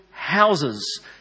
houses